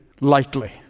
lightly